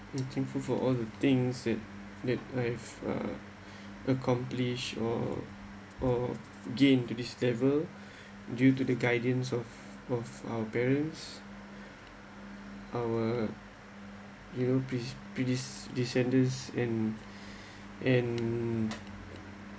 I'm thankful for all the things that I've uh accomplish or or gain to this level due to the guidance of of our parents our you know prede~ prede~ descendants and and